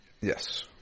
Yes